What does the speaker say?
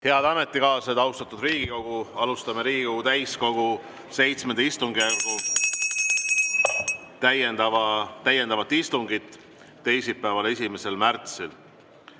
Head ametikaaslased! Austatud Riigikogu! Alustame Riigikogu täiskogu VII istungjärgu täiendavat istungit teisipäeval, 1. märtsil.